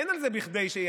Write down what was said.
אין על זה "בכדי שייעשה".